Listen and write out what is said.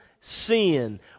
sin